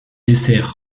desserts